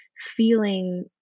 feeling